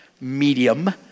medium